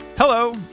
Hello